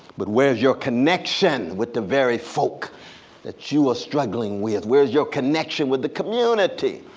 but where's your connection with the very folk that you are struggling with? where's your connection with the community?